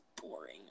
boring